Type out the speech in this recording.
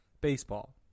baseball